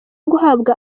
guhabwa